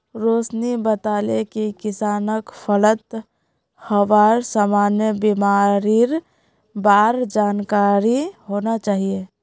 रोशिनी बताले कि किसानक फलत हबार सामान्य बीमारिर बार जानकारी होना चाहिए